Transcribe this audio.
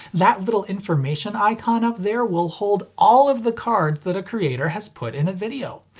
that little information icon up there will hold all of the cards that a creator has put in a video!